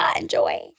enjoy